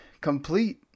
complete